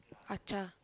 Achar